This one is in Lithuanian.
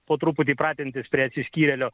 po truputį pratintis prie atsiskyrėlio